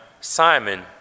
Simon